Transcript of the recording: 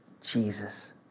Jesus